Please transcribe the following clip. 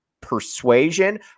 persuasion